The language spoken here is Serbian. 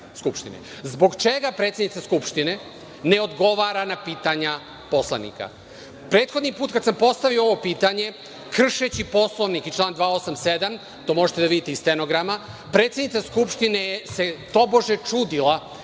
čega predsednika Skupštine ne odgovara na pitanja poslanika? Prethodni put kada sam postavio ovo pitanje, kršeći Poslovnik član 287, to možete da vidite i iz stenograma, predsednika Skupštine se tobože čudila